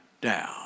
down